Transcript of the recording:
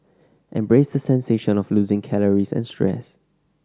embrace the sensation of losing calories and stress